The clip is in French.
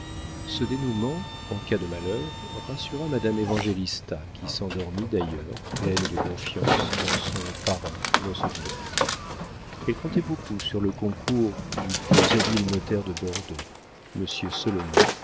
ce dénoûment en cas de malheur rassura madame évangélista qui s'endormit d'ailleurs pleine de confiance en son parrain dans ce duel elle comptait beaucoup sur le concours du plus habile notaire de bordeaux